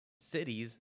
cities